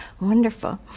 wonderful